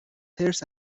حرص